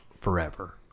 forever